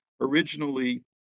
Originally